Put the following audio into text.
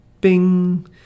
Bing